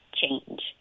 change